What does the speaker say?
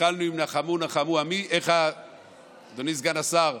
התחלנו עם "נחמו נחמו עמי" אדוני סגן השר,